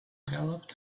galloped